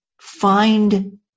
find